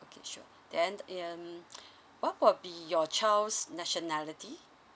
okay sure then um what will be your child's nationality